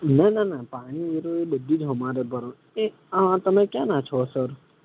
ના ના ના પાણી એતો એ બધું જ હમારે ભર એ હા હા તમે કયાના છો સર